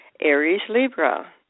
Aries-Libra